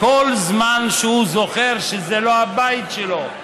כל זמן שהוא זוכר שזה לא הבית שלו,